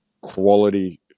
quality